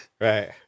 right